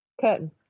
Curtain